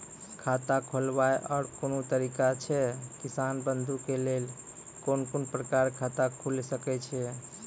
खाता खोलवाक आर कूनू तरीका ऐछि, किसान बंधु के लेल कून कून प्रकारक खाता खूलि सकैत ऐछि?